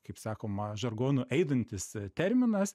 kaip sakoma žargonu eidantis terminas